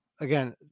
again